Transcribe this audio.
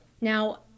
Now